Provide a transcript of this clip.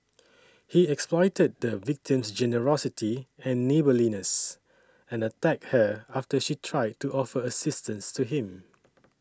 he exploited the victim's generosity and neighbourliness and attacked her after she tried to offer assistance to him